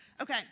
Okay